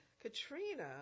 Katrina